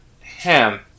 Ham